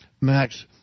Max